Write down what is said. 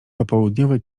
popołudniowe